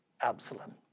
Absalom